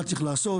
מה צריך לעשות?